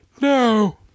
no